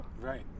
Right